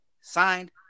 signed